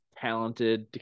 talented